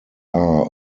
are